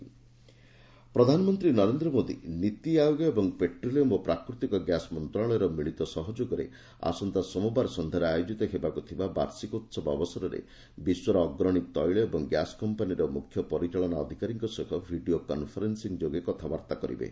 petroleum ପ୍ରଧାନମନ୍ତ୍ରୀ ନରେନ୍ଦ୍ର ମୋଦି ନୀତି ଆୟୋଗ ଏବଂ petroleum ଓ ପ୍ରାକୃତିକ ଗ୍ୟାସ୍ମନ୍ତ୍ରଣାଳୟ ରମିଳିତସହଯୋଗରେ ଆସନ୍ତା ସୋମବାର ସଂଧ୍ୟାରେ ଆୟୋଜିତ ହେବାକୁ ଥିବା ବାର୍ଷିକ ଉତ୍ସବ ଅବସରରେ ବିଶ୍ୱର ଅଗ୍ରଣୀ ତୈଳ ଓ ଗ୍ୟାସ୍କମ୍ପାନୀର ମୁଖ୍ୟ ପରିଚାଳନା ଅଧିକାରୀଙ୍କ ସହ ଭିଡିଓ କନଫରେନସିଂ ଯୋଗେ କଥାବାର୍ତା କରିବେ